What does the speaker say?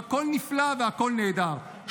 והכול נפלא והכול נהדר,